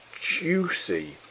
juicy